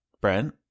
Brent